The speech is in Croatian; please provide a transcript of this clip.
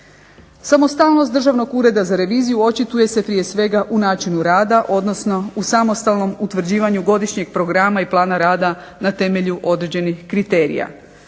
Samostalnost Državnog ureda za reviziju očituje se prije svega u načinu rada, odnosno u samostalnom utvrđivanju godišnjeg programa i plana rada na temelju određenih kriterija.